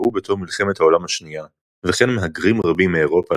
שהשתחררו בתום מלחמת העולם השנייה וכן מהגרים רבים מאירופה